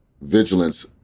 vigilance